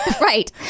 right